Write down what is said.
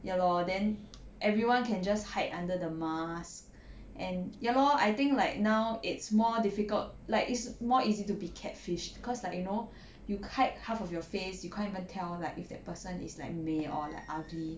ya lor then everyone can just hide under the mask and ya lor I think like now it's more difficult like it's more easy to be cat fished cause like you know you hide half of your face you can't even tell like if that person is like 美 or like ugly